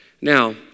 Now